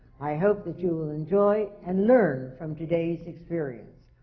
i hope that you will enjoy and learn from today's experience.